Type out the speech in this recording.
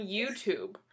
YouTube